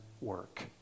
work